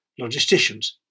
logisticians